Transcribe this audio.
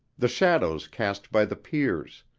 the shadows cast by the piers,